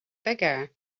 bigger